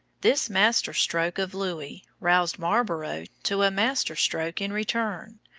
this master-stroke of louis roused marlborough to a master-stroke in return,